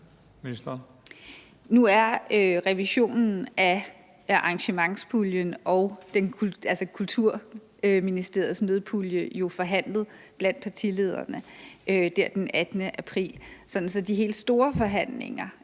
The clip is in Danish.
Nu er revisionen af arrangementspuljen og Kulturministeriets nødpulje jo forhandlet af partilederne den 18. april, så de helt store forhandlinger